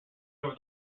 over